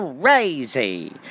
crazy